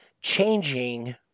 changing